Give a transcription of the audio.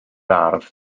ardd